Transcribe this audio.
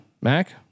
Mac